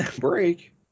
break